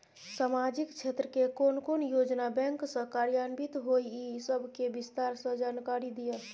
सामाजिक क्षेत्र के कोन कोन योजना बैंक स कार्यान्वित होय इ सब के विस्तार स जानकारी दिय?